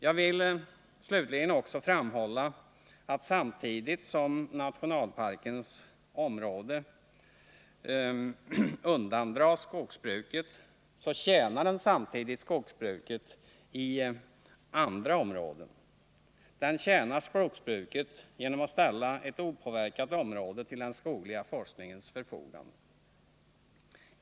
Jag vill slutligen också framhålla att samtidigt som nationalparkens område undandras skogsbruket, tjänar den skogsbruket i andra områden. Den tjänar skogsbruket genom att ställa ett opåverkat område till den skogliga forskningens förfogande.